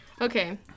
Okay